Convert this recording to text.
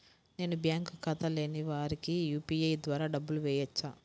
నేను బ్యాంక్ ఖాతా లేని వారికి యూ.పీ.ఐ ద్వారా డబ్బులు వేయచ్చా?